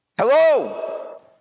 Hello